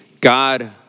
God